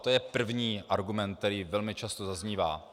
To je první argument, který velmi často zaznívá.